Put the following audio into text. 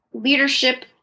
leadership